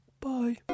Bye